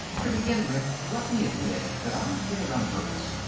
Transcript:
to begin with let me admit that i did it on purpose.